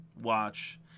watch